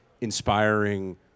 inspiring